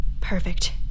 Perfect